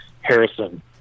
Harrison